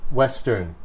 western